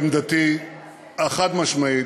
עמדתי החד-משמעית,